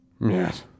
Yes